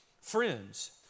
friends